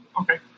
Okay